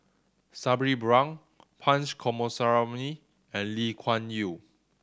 Sabri Buang Punch Coomaraswamy and Lee Kuan Yew